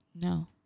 no